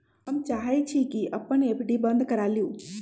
हम चाहई छी कि अपन एफ.डी बंद करा लिउ